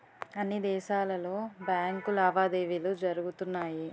అన్ని దేశాలలో బ్యాంకు లావాదేవీలు జరుగుతాయి